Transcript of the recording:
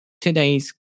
today's